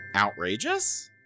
Outrageous